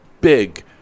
big